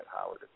Howard